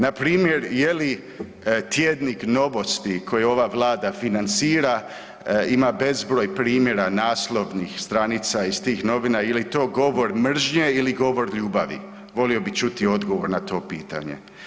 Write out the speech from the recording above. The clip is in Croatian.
Na primjer je li tjednik Novosti koji ova Vlada financira ima bezbroj primjera naslovnih stranica iz tih novina je li to govor mržnje ili govor ljubavi, volio bi čuti odgovor na to pitanje.